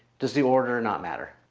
does the order or not matter?